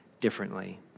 differently